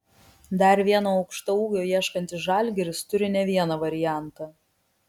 dar vieno aukštaūgio ieškantis žalgiris turi ne vieną variantą